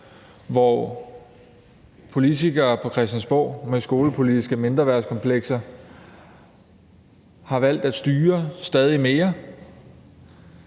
hvor politikere på Christiansborg med skolepolitiske mindreværdskomplekser har valgt at styre stadigt mere,